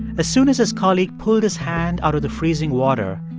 as soon as his colleague pulled his hand out of the freezing water,